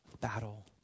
battle